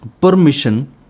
permission